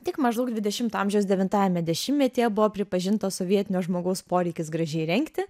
tik maždaug dvidešimto amžiaus devintajame dešimtmetyje buvo pripažintas sovietinio žmogaus poreikis gražiai rengti